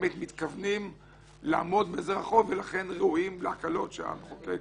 שבאמת מתכוונים לעמוד בזה ולכן ראויים להקלות שהמחוקק